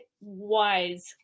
wise